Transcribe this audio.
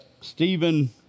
Stephen